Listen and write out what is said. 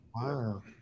wow